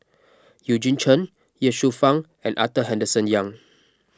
Eugene Chen Ye Shufang and Arthur Henderson Young